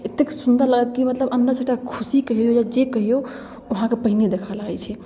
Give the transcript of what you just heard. एतेक सुन्दर लागत कि मतलब अन्दरसँ एकटा खुशी कहिऔ या जे कहिऔ ओ अहाँके पहिनहि देखऽ लागै छै